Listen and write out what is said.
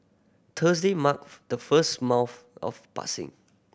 Thursday marked the first month of passing